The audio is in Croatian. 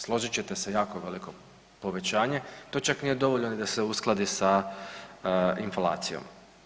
Složit ćete se jako veliko povećanje to čak nije dovoljno ni da se uskladi sa inflacijom.